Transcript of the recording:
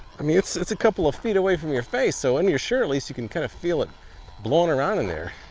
i mean it's it's a couple of feet away from your face so under and your shirt at least you can kind of feel it blowing around in there.